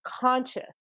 conscious